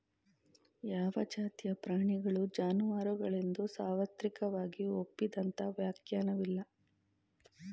ಯಾವ ಜಾತಿಯ ಪ್ರಾಣಿಗಳು ಜಾನುವಾರುಗಳೆಂದು ಸಾರ್ವತ್ರಿಕವಾಗಿ ಒಪ್ಪಿದಂತಹ ವ್ಯಾಖ್ಯಾನವಿಲ್ಲ